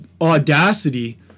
audacity